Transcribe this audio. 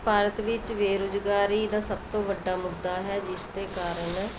ਭਾਰਤ ਵਿੱਚ ਬੇਰੁਜ਼ਗਾਰੀ ਦਾ ਸਭ ਤੋਂ ਵੱਡਾ ਮੁੱਦਾ ਹੈ ਜਿਸ ਦੇ ਕਾਰਨ